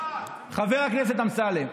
חבר הכנסת אמסלם.